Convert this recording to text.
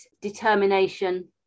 determination